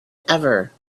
ever